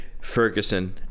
Ferguson